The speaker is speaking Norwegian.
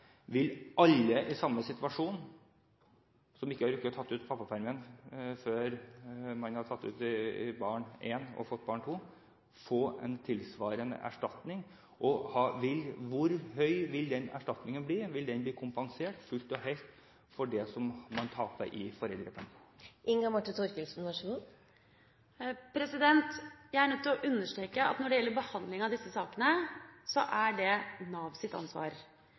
Vil alle i samme situasjon, som ikke har rukket å ta ut pappapermen for barn nummer en før man har fått barn nummer to, få en tilsvarende erstatning, og hvor høy vil den erstatningen bli – vil det bli kompensert fullt og helt for det som man taper av foreldrepenger? Jeg er nødt til å understreke at når det gjelder behandling av disse sakene, er det Navs ansvar. Det vi har vært veldig tydelige på fra departementets side, er for det